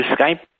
Skype